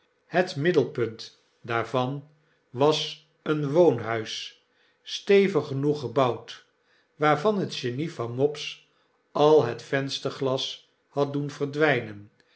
het middelpunt daarvan was een woonhuis stevig genoeg gebouwd waarvan het genie van mopes al het vensterglas had doen verdwijnen